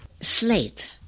slate